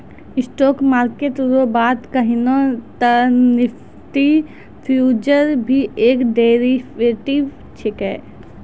stock market रो बात कहियो ते निफ्टी फ्यूचर भी एक डेरीवेटिव छिकै